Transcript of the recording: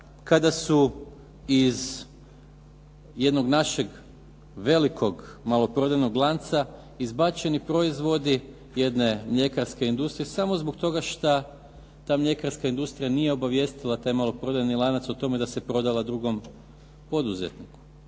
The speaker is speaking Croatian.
kada su iz jedno našeg velikog maloprodajnog lanca izbačeni proizvodi jedne mljekarske industrije samo zbog toga šta ta mljekarska industrija nije obavijestila taj maloprodajni lanac o tome da se prodala drugom poduzetniku.